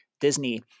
Disney